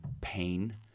pain